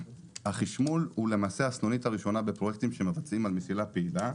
החשמול הוא למעשה הסנונית הראשונה בפרויקטים שמבצעים על מסילה פעילה.